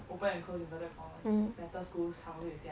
open and close inverted comma better schools 他们会有这样